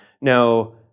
Now